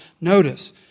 notice